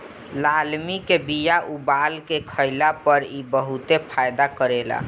लालमि के बिया उबाल के खइला पर इ बहुते फायदा करेला